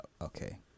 okay